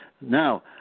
Now